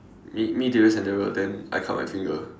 me me Darius and Daryl then I cut my finger